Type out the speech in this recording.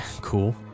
Cool